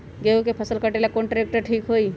गेहूं के फसल कटेला कौन ट्रैक्टर ठीक होई?